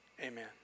amen